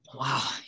Wow